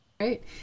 Right